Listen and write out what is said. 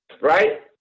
right